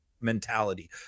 mentality